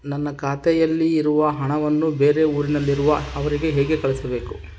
ನನ್ನ ಖಾತೆಯಲ್ಲಿರುವ ಹಣವನ್ನು ಬೇರೆ ಊರಿನಲ್ಲಿರುವ ಅವರಿಗೆ ಹೇಗೆ ಕಳಿಸಬೇಕು?